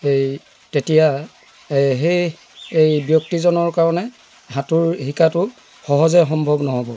এই তেতিয়া সেই ব্যক্তিজনৰ কাৰণে সাঁতোৰ শিকাটো সহজে সম্ভৱ নহ'ব